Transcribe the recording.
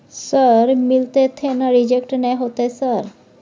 Sir मिलते थे ना रिजेक्ट नय होतय सर?